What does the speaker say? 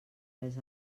res